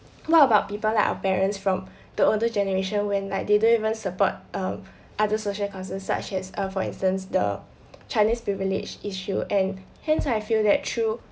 what about people like our parents from the older generation when like they don't even support err other social concerns such as err for instance the chinese privilege issue and hence I feel that through